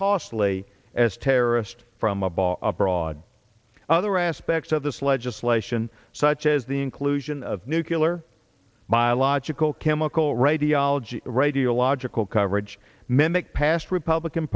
costly as terrorist from a bar abroad other aspects of this legislation such as the inclusion of nucular biological chemical radiology radiological coverage mimic past republican